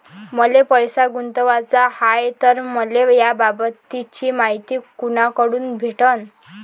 मले पैसा गुंतवाचा हाय तर मले याबाबतीची मायती कुनाकडून भेटन?